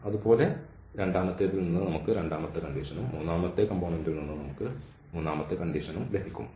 അതുപോലെ രണ്ടാമത്തേതിൽ നിന്ന് നമുക്ക് രണ്ടാമത്തെ വ്യവസ്ഥയും മൂന്നാമത്തെ ഘടകത്തിൽ നിന്ന് നമുക്ക് ഈ മൂന്നാമത്തെ വ്യവസ്ഥയും ലഭിക്കും